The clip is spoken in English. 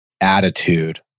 attitude